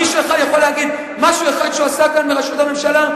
מישהו אחד יכול להגיד משהו אחד שהוא עשה כאן בראשות הממשלה?